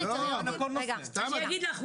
יש קריטריונים --- אני אגיד לך,